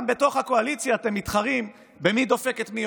גם בתוך הקואליציה אתם מתחרים במי דופק מי